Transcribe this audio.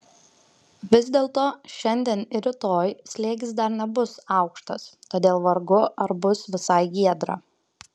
vis dėlto šiandien ir rytoj slėgis dar nebus aukštas todėl vargu ar bus visai giedra